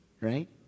right